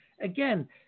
Again